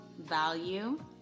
value